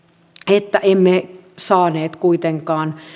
että emme saaneet kuitenkaan